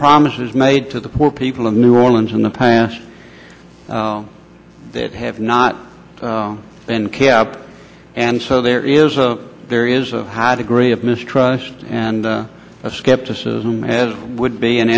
promises made to the poor people of new orleans in the past that have not been and so there is a there is a high degree of mistrust and a skepticism as would be in